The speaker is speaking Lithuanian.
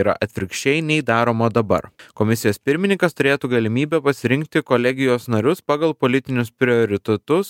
yra atvirkščiai nei daroma dabar komisijos pirmininkas turėtų galimybę pasirinkti kolegijos narius pagal politinius prioritetus